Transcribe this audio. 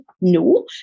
No